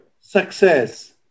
success